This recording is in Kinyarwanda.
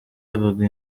avuga